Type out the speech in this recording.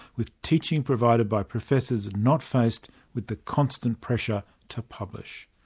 with teaching provided by professors not faced with the constant pressure to publish.